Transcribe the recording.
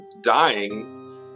dying